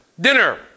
dinner